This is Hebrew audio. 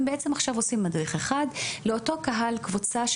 הם בעצם עכשיו עושים מדריך אחד לאותה קבוצת קהל